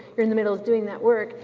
you're in the middle of doing that work,